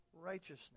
righteousness